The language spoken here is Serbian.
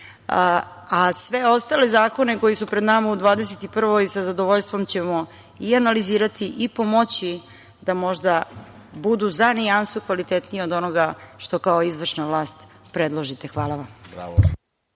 A sve ostale zakone koji su pred nama, u 2021. godini sa zadovoljstvom ćemo i analizirati i pomoći da možda budu za nijansu kvalitetniji od onoga što kao izvršna vlast predložite. Hvala vam.